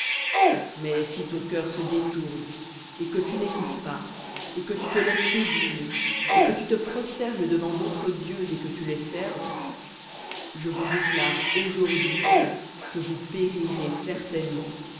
mais si ton cœur se détourne et que tu n'écoutes pas et que tu te laisses séduire et que tu te prosternes devant d'autres dieux et que tu les serves je vous déclare aujourd'hui que vous périrez certainement